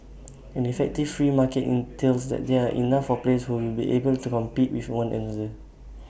an effective free market entails that there are enough of players who will be able to compete with one another